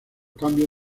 cambios